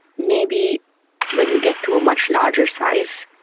maybe when you get to a much larger size,